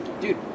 dude